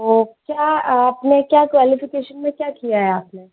तो क्या आपने क्या क्वालिफिकेशन में क्या किया है आपने